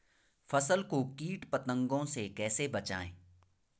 फसल को कीट पतंगों से कैसे बचाएं?